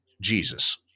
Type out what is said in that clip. Jesus